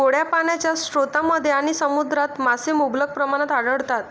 गोड्या पाण्याच्या स्रोतांमध्ये आणि समुद्रात मासे मुबलक प्रमाणात आढळतात